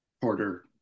Porter